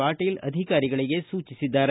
ಪಾಟೀಲ ಅಧಿಕಾರಿಗಳಿಗೆ ಸೂಚಿಸಿದ್ದಾರೆ